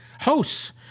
hosts